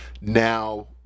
now